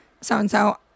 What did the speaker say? so-and-so